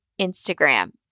Instagram